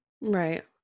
right